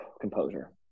Composure